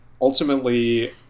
ultimately